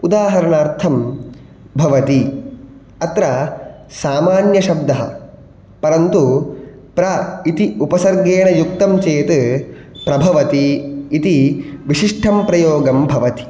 उदाहरणार्थं भवति अत्र सामान्यशब्दः परन्तु प्र इति उपसर्गेण युक्तं चेत् प्रभवति इति विशिष्टं प्रयोगं भवति